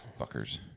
fuckers